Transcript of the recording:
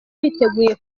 biteguye